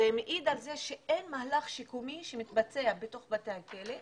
זה מעיד על כך שאין מהלך שיקומי שמתבצע בתוך בתי הכלא.